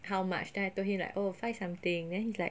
how much then I told him like oh five something then he's like